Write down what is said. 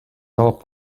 талап